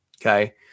Okay